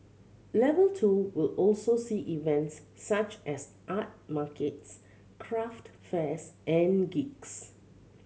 level two will also see events such as art markets craft fairs and gigs